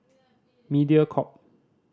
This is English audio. Mediacorp